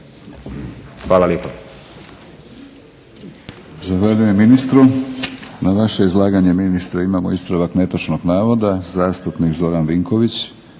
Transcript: Hvala lijepa.